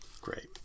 great